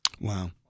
Wow